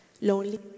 lonely